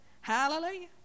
Hallelujah